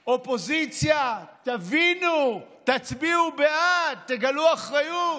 האופוזיציה: תבינו, תצביעו בעד, תגלו אחריות.